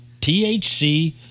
THC